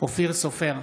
אופיר סופר,